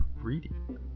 reading